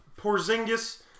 Porzingis